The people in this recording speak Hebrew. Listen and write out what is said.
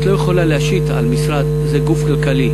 את לא יכולה להשית על משרד, זה גוף כלכלי.